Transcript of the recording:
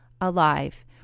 alive